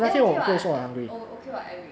then okay what oh okay [what] average